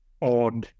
on